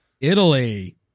Italy